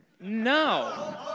no